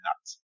nuts